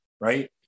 right